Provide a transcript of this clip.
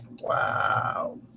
wow